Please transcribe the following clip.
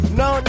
no